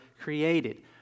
created